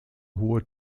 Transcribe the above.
hohe